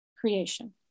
creation